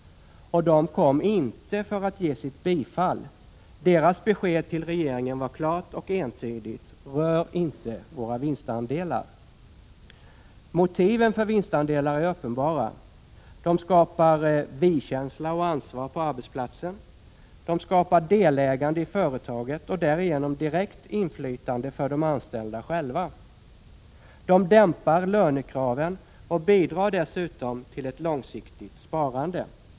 Och de kom inte för att ge sitt bifall! Deras besked till regeringen var klart och entydigt: ”Rör inte våra vinstandelar!” Motiven för vinstandelar är uppenbara: de skapar vi-känsla och ansvar på arbetsplatsen; de skapar delägande i företaget och därigenom direkt inflytande för de anställda själva; de dämpar lönekraven och bidrar dessutom till ett långsiktigt sparande.